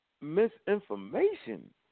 misinformation